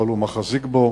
אבל הם מחזיקים בו.